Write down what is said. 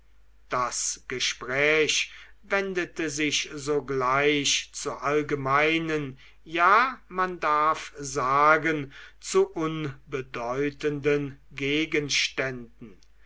das gespräch wendete sich sogleich zu allgemeinen ja man darf sagen zu unbedeutenden gegenständen